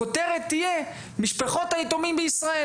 הכותרת תהיה משפחות היתומים בישראל,